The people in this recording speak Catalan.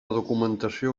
documentació